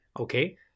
Okay